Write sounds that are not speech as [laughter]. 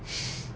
[laughs]